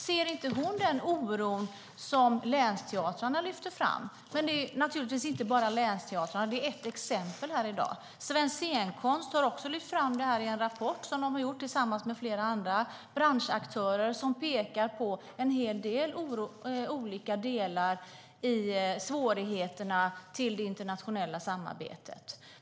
Ser inte hon den oro som länsteatrarna lyfter fram? Men det är naturligtvis inte bara länsteatrarna, utan det är ett exempel här i dag. Svensk Scenkonst har också lyft fram det i rapport som de har gjort tillsammans med flera andra branschaktörer. Rapporten pekar på en hel del olika delar i svårigheterna i det internationella samarbetet.